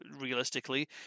realistically